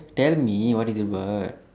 tell me what is it about